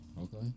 okay